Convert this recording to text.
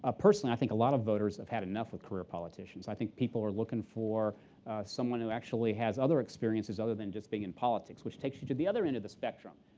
ah personally, i think a lot of voters have had enough with career politicians. i think people are looking for someone who actually has other experiences other than just being in politics, which takes you to the other end of the spectrum.